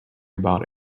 about